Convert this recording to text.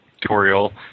tutorial